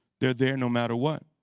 they're there no matter what.